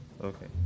Okay